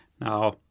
Now